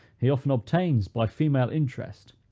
he often obtains, by female interest,